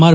R